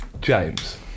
James